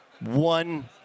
one